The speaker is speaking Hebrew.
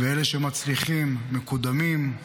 ואלה שמצליחים, מקודמים.